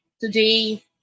Today